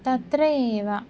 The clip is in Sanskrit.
तत्र एव